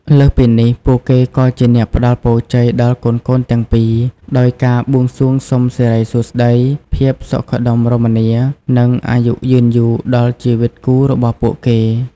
លើសពីនេះ ពួកគេក៏ជាអ្នក ផ្ដល់ពរជ័យ ដល់កូនៗទាំងពីរ ដោយការបួងសួងសុំសិរីសួស្ដី ភាពសុខដុមរមនា និងអាយុយឺនយូរដល់ជីវិតគូរបស់ពួកគេ។